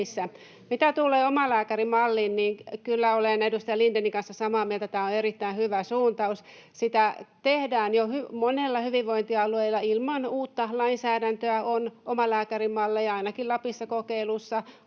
Mitä tulee omalääkärimalliin, niin kyllä olen edustaja Lindénin kanssa samaa mieltä: tämä on erittäin hyvä suuntaus. Sitä tehdään jo monella hyvinvointialueella ilman uutta lainsäädäntöä. On omalääkärimalleja ainakin Lapissa kokeilussa,